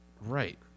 Right